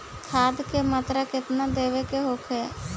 खाध के मात्रा केतना देवे के होखे?